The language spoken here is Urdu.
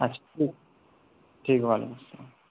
اچھا ٹھیک ٹھیک وعلیکم السّلام